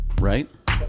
Right